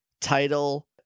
title